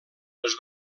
els